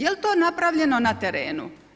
Jel to napravljeno na terenu?